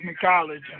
College